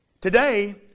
Today